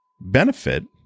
benefit